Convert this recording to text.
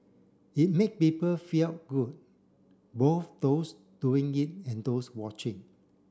it made people felt good both those doing it and those watching